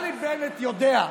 נפתלי בנט יודע,